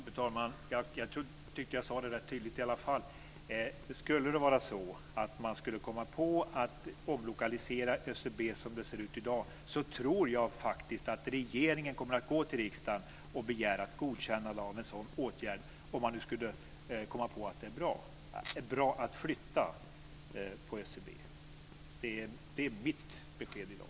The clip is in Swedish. Fru talman! Jag tyckte att jag tydligt sade att om det skulle vara så att man skulle komma på att omlokalisera ÖCB som det ser ut i dag, så tror jag faktiskt att regeringen kommer att gå till riksdagen och begära ett godkännande av en sådan åtgärd, om man nu skulle komma på att det är bra att flytta på ÖCB. Det är mitt besked i dag.